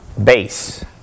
base